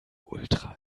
ultra